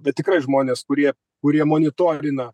bet tikrai žmonės kurie kurie monitorina